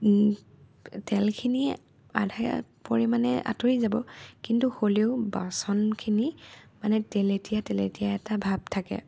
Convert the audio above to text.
তেলখিনি আধা পৰিমাণে আঁতৰি যাব কিন্তু হ'লেও বাচনখিনি মানে তেলেতীয়া তেলেতীয়া এটা ভাৱ থাকে